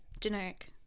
Generic